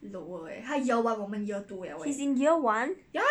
he's in year one